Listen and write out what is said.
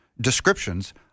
descriptions